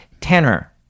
Tanner